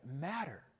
matter